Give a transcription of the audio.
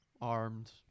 armed